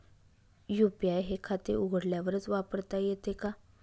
UPI हे खाते उघडल्यावरच वापरता येते का?